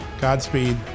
Godspeed